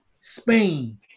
Spain